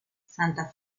santa